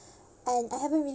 and I haven't really